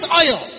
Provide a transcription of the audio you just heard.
oil